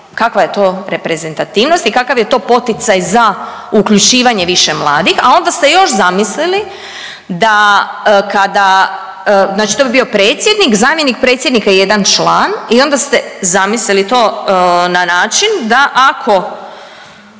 Kakva je to reprezentativnost i kakav je to poticaj za uključivanje više mladih, a onda ste još zamislili da kada, znači to bi bio predsjednik, zamjenik predsjednika i jedan član i onda ste zamislili to na način da ako